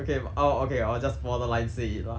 okay bu~ oh okay I'll just for the line say it lah